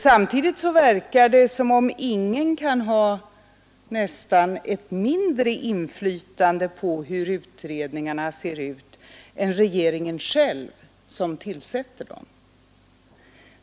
Samtidigt Måndagen den verkar det som om ingen kunde ha ett mindre inflytande över hur i'Tdeéceniber 1972 utredningarna ser ut än regeringen, som tillsätter dem.